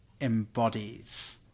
embodies